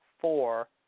four